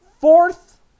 fourth